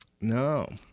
No